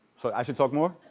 so i should talk more?